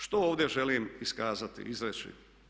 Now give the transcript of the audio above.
Što ovdje želim iskazati, izreći?